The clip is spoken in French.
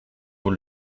vous